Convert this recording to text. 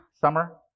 summer